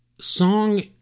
song